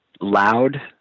loud